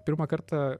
pirmą kartą